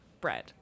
bread